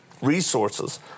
resources